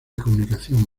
comunicación